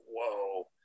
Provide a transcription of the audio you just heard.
Whoa